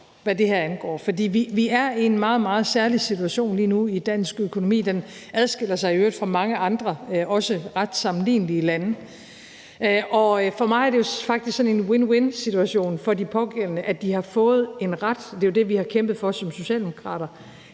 hvad det her angår. For vi er en meget, meget særlig situation lige nu i dansk økonomi. Den adskiller sig i øvrigt fra mange andre ret sammenlignelige lande. For mig er det faktisk sådan en win-win-situation for de pågældende, at de har fået en ret – det er jo det, vi har kæmpet for som socialdemokrater.